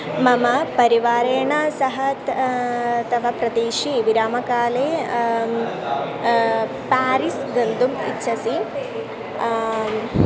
मम परिवारेण सह त तव प्रदेशे विरामकाले पारिस् गन्तुम् इच्छसि